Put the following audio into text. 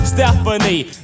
Stephanie